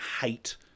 hate